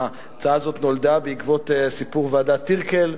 ההצעה הזאת נולדה בעקבות סיפור ועדת-טירקל,